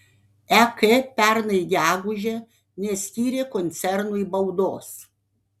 ek pernai gegužę neskyrė koncernui baudos